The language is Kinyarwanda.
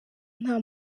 nta